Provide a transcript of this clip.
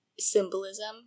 symbolism